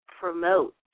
promote